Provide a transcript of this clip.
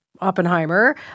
Oppenheimer